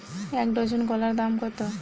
এক ডজন কলার দাম কত?